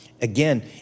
Again